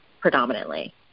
predominantly